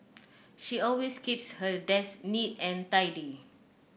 she always keeps her desk neat and tidy